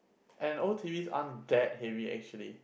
and old T_Vs aren't that heavy actually